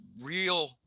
real